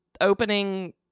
opening